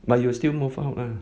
but you will still move out ah